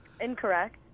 Incorrect